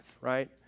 right